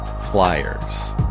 flyers